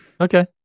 Okay